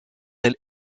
elle